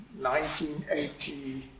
1980